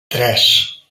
tres